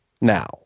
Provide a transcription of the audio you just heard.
now